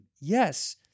yes